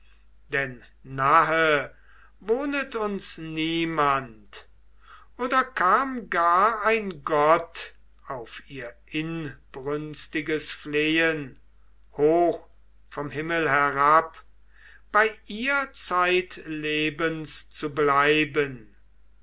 denn nahe wohnet uns niemand oder kam gar ein gott auf ihr inbrünstiges flehen hoch vom himmel herab bei ihr zeitlebens zu bleiben